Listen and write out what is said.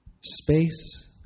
space